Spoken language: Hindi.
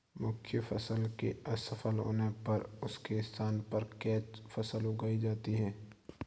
मुख्य फसल के असफल होने पर उसके स्थान पर कैच फसल उगाई जाती है